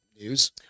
news